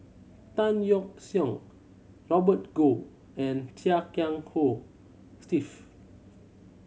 Tan Yeok Seong Robert Goh and Chia Kiah Hong Steve